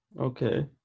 Okay